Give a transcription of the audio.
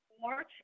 march